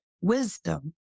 wisdom